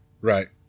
Right